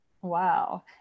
Wow